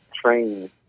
Train